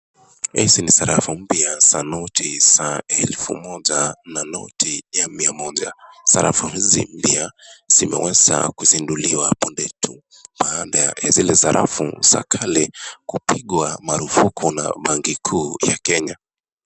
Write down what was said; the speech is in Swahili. Hizi ni sarafu mpya za noti za 1000 na noti ya 100. Sarafu hizi mpya zimewasaa kuzinduliwa hapo ndetu baada ya zile sarafu za kale kupigwa marufuku na Mangi kuu ya Kenya.